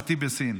מוותרת,